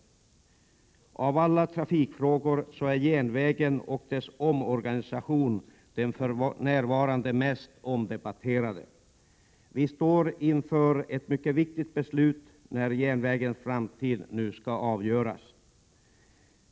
Av alla trafikfrågor är järnvägen och dess omorganisation den för närvarande mest omdebatterade. Vi står inför ett mycket viktigt beslut när järnvägens framtid nu skall avgöras.